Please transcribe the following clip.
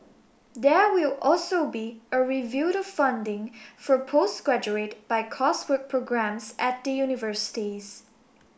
there will also be a review of funding for postgraduate by coursework programmes at the universities